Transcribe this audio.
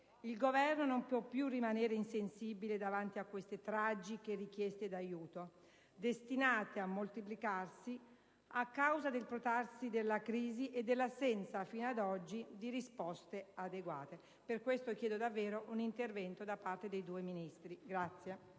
Il Governo non può più rimanere insensibile davanti a queste tragiche richieste d'aiuto, destinate a moltiplicarsi a causa del protrarsi della crisi e dell'assenza, fino ad oggi, di risposte adeguate. Per questo, signor Presidente, chiedo un intervento da parte dei due Ministri.